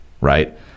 right